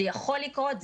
זה יכול לקרות,